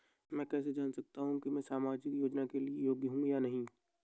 मैं कैसे जान सकता हूँ कि मैं सामाजिक योजना के लिए योग्य हूँ या नहीं?